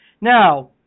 Now